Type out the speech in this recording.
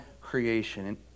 creation